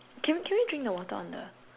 can can we drink the water on the